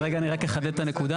אז רגע אני רק אחדד את הנקודה.